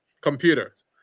computers